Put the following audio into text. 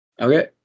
Okay